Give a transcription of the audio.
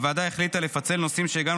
הוועדה החליטה לפצל נושאים שהגענו